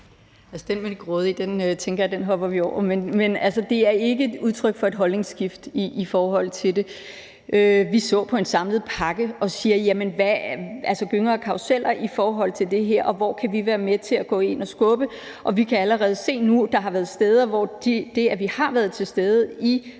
den med de grådige tænker jeg at vi hopper over, men det er ikke et udtryk for et holdningsskift i forhold til det. Vi har set på en samlet pakke, og hvad der er gynger og karruseller i forhold til det her, og hvor vi kan være med til at gå ind og skubbe, og vi kan allerede nu se, at det, at vi har været til stede i